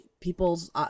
people's